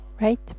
right